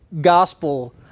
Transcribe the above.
gospel